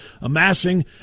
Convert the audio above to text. amassing